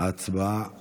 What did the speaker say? הצבעה עכשיו.